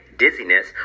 dizziness